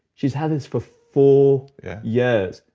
she's had this for four years.